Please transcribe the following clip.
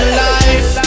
life